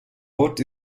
ort